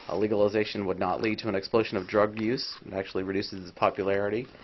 ah legalization would not lead to an explosion of drug use and actually reduce its popularity.